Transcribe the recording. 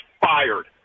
fired